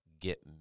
get